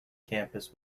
campuses